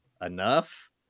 enough